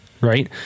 right